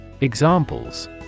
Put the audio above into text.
Examples